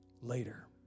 later